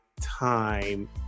time